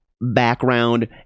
background